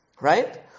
Right